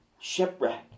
shipwreck